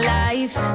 life